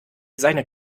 seine